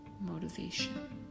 motivation